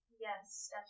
yes